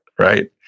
right